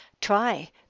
try